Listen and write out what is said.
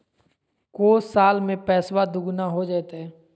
को साल में पैसबा दुगना हो जयते?